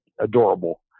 adorable